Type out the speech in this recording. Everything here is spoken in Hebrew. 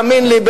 תאמין לי,